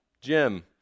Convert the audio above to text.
Jim